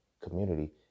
community